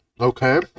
okay